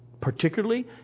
particularly